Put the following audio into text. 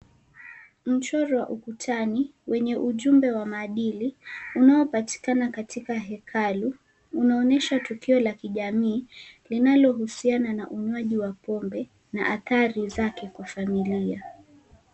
Mchoro wa ukutani wenye ujumbe wa maadili unaopatikana katika hekalu unaonyesha tukio la kijamii linalohusiana na ukunywaji wa pombe na athari zake kwa familia.